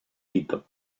tito